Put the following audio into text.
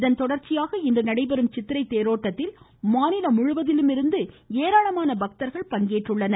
இதன் தொடர்ச்சியாக நடைபெறும் சித்திரை தேரோட்டத்தில் மாநிலம் முழுவதிலும் இருந்து ஏராளமான பக்தர்கள் பங்கேற்றனர்